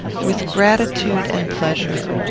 with gratitude and pleasure.